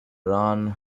run